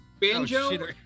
Banjo